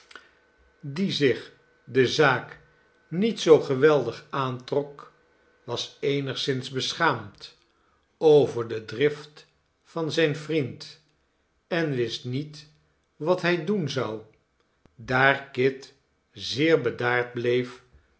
die zich de zaak niet zoo geweldig aantrok was eenigszins beschaamd over de drift van zijn vriend en wist niet wat hij doen zou daar kit zeer bedaard bleef